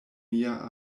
mia